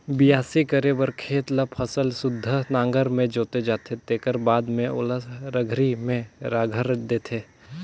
बियासी करे बर खेत ल फसल सुद्धा नांगर में जोते जाथे तेखर बाद में ओला रघरी में रघर देथे